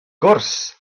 gwrs